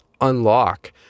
unlock